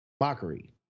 Mockery